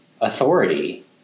authority